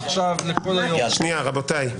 --- רבותיי,